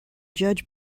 judge